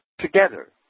together